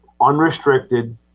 unrestricted